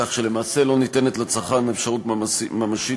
כך שלמעשה לא ניתנת לצרכן אפשרות ממשית